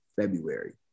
February